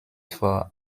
for